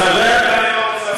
הם בטח רוצים אותך.